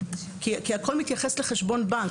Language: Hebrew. הכל מתייחס לחשבון הבנק.